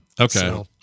Okay